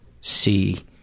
see